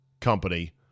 company